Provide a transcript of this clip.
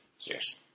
Yes